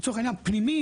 לצורך העניין פנימית,